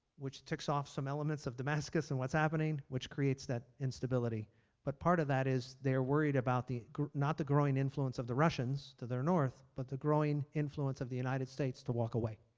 which takes off some elements of damascus and was happening which creates the instability but part of that is they are worried about the not the growing influence of the russians to their north but the growing influence of the united states to walk away.